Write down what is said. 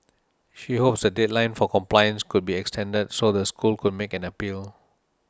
she hopes the deadline for compliance could be extended so the school could make an appeal